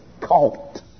cult